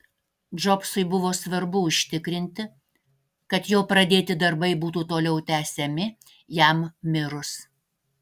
džobsui buvo svarbu užtikrinti kad jo pradėti darbai būtų toliau tęsiami jam mirus